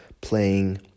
playing